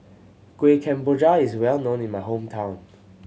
Kuih Kemboja is well known in my hometown